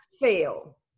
fail